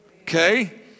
Okay